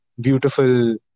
beautiful